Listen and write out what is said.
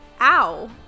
Ow